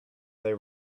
they